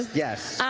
yes.